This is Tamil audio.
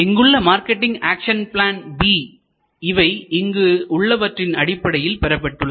இங்குள்ள மார்க்கெட்டிங் ஆக்சன் பிளான் B இவை இங்கு உள்ளவற்றின் அடிப்படையில் பெறப்பட்டுள்ளது